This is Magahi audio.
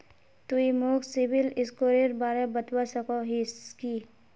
तुई मोक सिबिल स्कोरेर बारे बतवा सकोहिस कि?